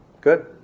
good